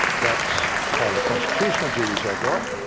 that's part of the constitutional duties i've got.